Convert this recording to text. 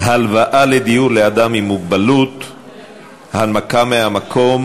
איסור פרסום שם חייל שמתקיימים חקירה או תחקיר בעניינו),